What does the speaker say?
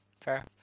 fair